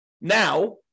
now